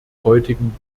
heutigen